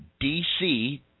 DC